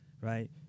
right